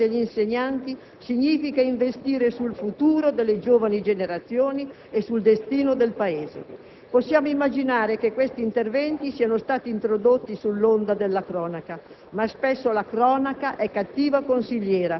Valorizzare la funzione e la dignità sociale degli insegnanti significa investire sul futuro delle giovani generazioni e sul destino del Paese. Possiamo immaginare che questi interventi siano stati introdotti sull'onda della cronaca,